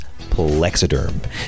Plexiderm